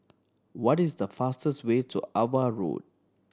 what is the fastest way to Ava Road